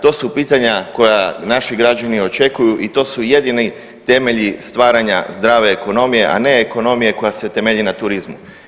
To su pitanja koja naši građani očekuju i to su jedini temelji stvaranja zdrave ekonomije, a ne ekonomije koja se temelji na turizmu.